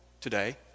today